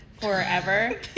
forever